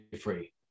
free